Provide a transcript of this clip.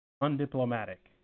undiplomatic